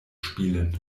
spielen